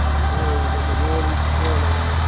lo, when the wall is fallen,